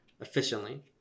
efficiently